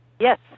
Yes